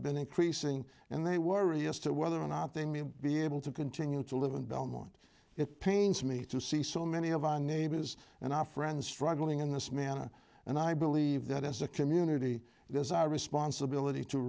been increasing and they worry us to whether or not they may be able to continue to live in belmont it pains me to see so many of our neighbors and our friends struggling in this manner and i believe that as a community there's a responsibility to